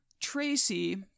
Tracy